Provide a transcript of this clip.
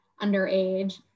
underage